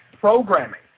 programming